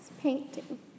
painting